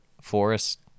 Forest